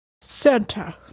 Santa